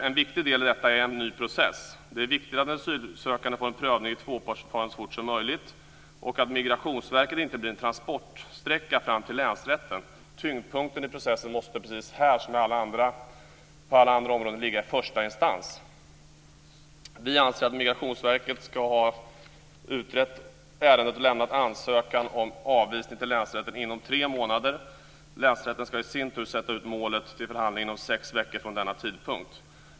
En viktig del i detta är en ny process. Det är viktigt att den asylsökande får en prövning i tvåpartsförfarande så fort som möjligt, och att Migrationsverket inte blir en transportsträcka fram till länsrätten. Tyngdpunkten i processen måste här, precis som på alla andra områden, ligga i första instans. Vi anser att Migrationsverket ska ha utrett ärendet och lämnat ansökan om avvisning till länsrätten inom tre månader. Länsrätten ska i sin tur sätta ut målet till förhandling inom sex veckor från denna tidpunkt.